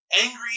angry